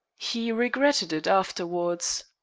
he regretted it afterwards.